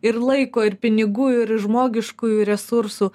ir laiko ir pinigų ir žmogiškųjų resursų